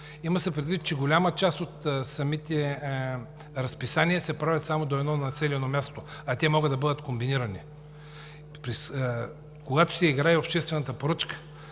Има се предвид, че голяма част от самите разписания се правят само до едно населено място, а те могат да бъдат комбинирани. Когато се играе обществената поръчка,